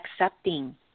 accepting